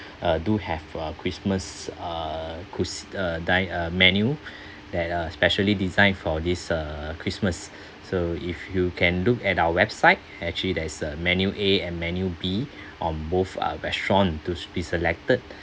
uh do have uh christmas uh cuis~ uh dine uh menu that are specially designed for this uh christmas so if you can look at our website actually there's a menu A and menu B on both uh restaurant to be selected